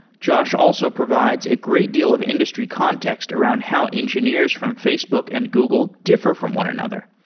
josh also provides a great deal of industry context around how engineers from facebook and google differ from one another.